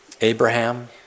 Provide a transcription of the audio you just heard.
Abraham